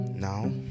Now